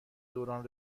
دوران